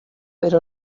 per